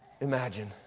imagine